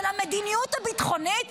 אבל על המדיניות הביטחונית,